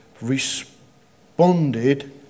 responded